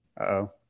Uh-oh